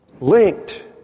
linked